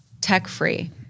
tech-free